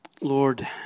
Lord